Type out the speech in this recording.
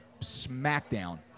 smackdown